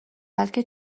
بلکه